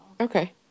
Okay